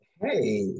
Hey